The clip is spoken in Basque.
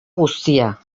guztia